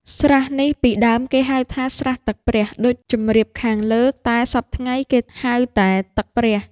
ស្រះនេះ ពីដើមគេហៅថា "ស្រះទឹកព្រះ" ដូចជម្រាបខាងដើម, តែសព្វថ្ងៃ គេហៅតែ "ទឹកព្រះ" ។